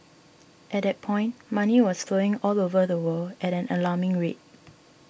at that point money was flowing all over the world at an alarming rate